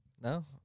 No